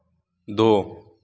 दो